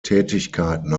tätigkeiten